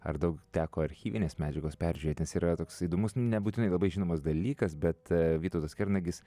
ar daug teko archyvinės medžiagos peržiūrėt nes yra toks įdomus nebūtinai labai žinomas dalykas bet vytautas kernagis